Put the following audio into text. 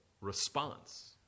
response